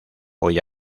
voy